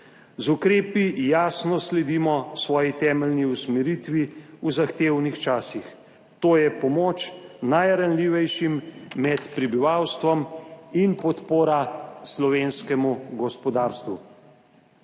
Z ukrepi jasno sledimo svoji temeljni usmeritvi v zahtevnih časih, to je pomoč najranljivejšim med prebivalstvom in podpora slovenskemu gospodarstvu.